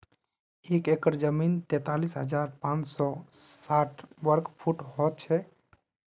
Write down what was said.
एक एकड़ जमीन तैंतालीस हजार पांच सौ साठ वर्ग फुट हो छे